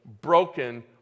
broken